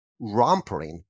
rompering